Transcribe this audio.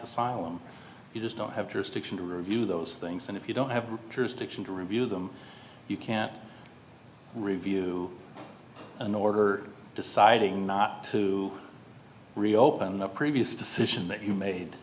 asylum you just don't have jurisdiction to review those things and if you don't have jurisdiction to review them you can review an order deciding not to reopen the previous decision